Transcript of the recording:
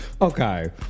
Okay